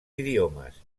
idiomes